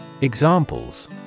Examples